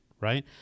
right